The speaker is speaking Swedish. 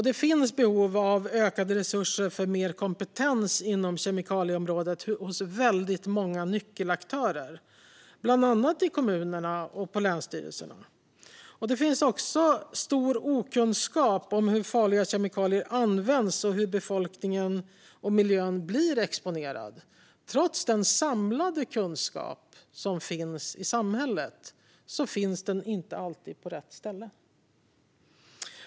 Det finns behov av ökade resurser för mer kompetens inom kemikalieområdet hos många nyckelaktörer, bland annat i kommunerna och på länsstyrelserna. Det finns också stor okunskap om hur farliga kemikalier används och hur befolkningen och miljön blir exponerad. Den samlade kunskap som finns i samhället finns inte alltid på rätt ställe.